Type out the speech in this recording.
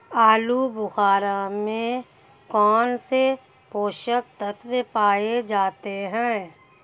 आलूबुखारा में कौन से पोषक तत्व पाए जाते हैं?